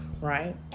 right